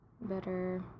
Better